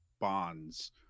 bonds